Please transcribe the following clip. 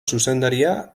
zuzendaria